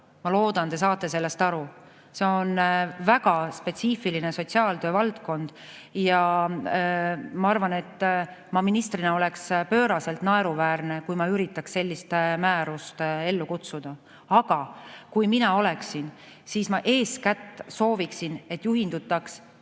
Ma loodan, et te saate sellest aru. See on väga spetsiifiline sotsiaaltöö valdkond ja ma arvan, et ma oleks ministrina pööraselt naeruväärne, kui ma üritaks sellist määrust ellu kutsuda. Aga kui mina oleksin [hooldekodus], siis ma eeskätt sooviksin, et juhindutaks ka